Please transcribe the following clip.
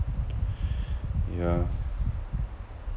yeah